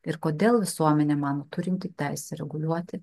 ir kodėl visuomenė mano turinti teisę reguliuoti